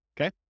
okay